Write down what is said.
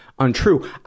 untrue